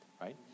right